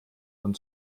von